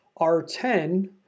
R10